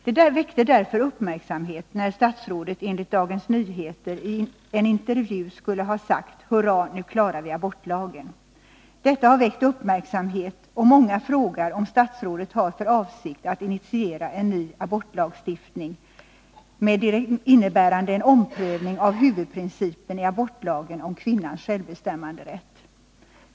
Det väckte därför uppmärksamhet när statsrådet enligt Dagens Nyheter i en intervju skulle ha sagt: ”Hurra, nu klarar vi abortlagen!” Många frågar om statsrådet har för avsikt att initiera en ny abortlagstiftning, innebärande en omprövning av huvudprincipen i abortlagen om kvinnans självbestämmanderätt.